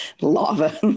lava